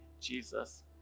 Jesus